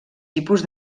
tipus